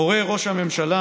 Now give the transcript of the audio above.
מורה ראש הממשלה: